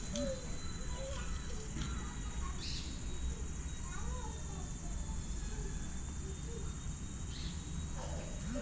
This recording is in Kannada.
ಯೂನಿಫೈಡ್ ಪೇಮೆಂಟ್ಸ್ ಇಂಟರ್ಫೇಸ್ ಎಂಬುದು ಎನ್.ಪಿ.ಸಿ.ಐ ಅಭಿವೃದ್ಧಿಪಡಿಸಿದ ತ್ವರಿತ ನೈಜ ಸಮಯದ ಪಾವತಿವಸ್ಥೆಯಾಗಿದೆ